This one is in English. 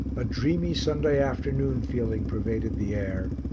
a dreamy sunday afternoon feeling pervaded the air,